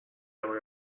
هوای